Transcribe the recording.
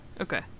Okay